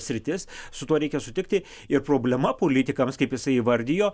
sritis su tuo reikia sutikti ir problema politikams kaip jisai įvardijo